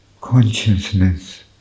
consciousness